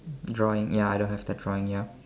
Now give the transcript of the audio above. drawing ya I don't have the drawing ya